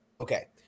Okay